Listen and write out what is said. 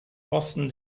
posten